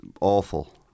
awful